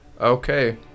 Okay